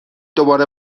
دوباره